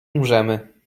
umrzemy